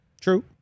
True